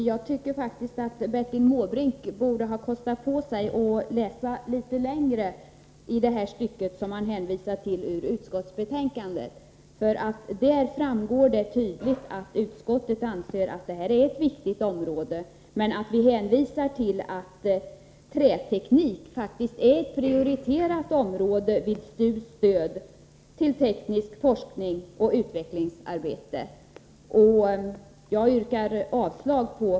Herr talman! Jag tycker att Bertil Måbrink borde ha kostat på sig att läsa litet längre i det stycke i utskottsbetänkandet som han hänvisade till. Där framgår det nämligen tydligt att utskottet anser att detta är ett viktigt område. Vi hänvisar till att träteknik faktiskt är ett prioriterat område när det gäller STU:s stöd till tekniskt forskningsoch utvecklingsarbete.